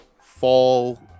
fall